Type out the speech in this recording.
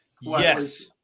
Yes